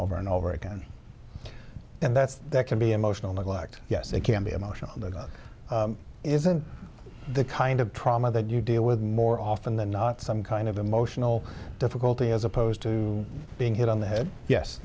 over and over again and that's that can be emotional neglect yes it can be emotional isn't the kind of trauma that you deal with more often than not some kind of emotional difficulty as opposed to being hit on the head yes